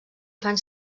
fan